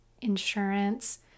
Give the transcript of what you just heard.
insurance